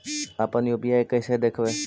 अपन यु.पी.आई कैसे देखबै?